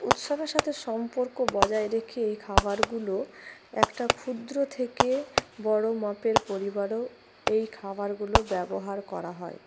উৎসবের সাথে সম্পর্ক বজায় রেখে এই খাবারগুলো একটা ক্ষুদ্র থেকে বড়ো মাপের পরিবারও এই খাবারগুলো ব্যবহার করা হয়